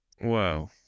Wow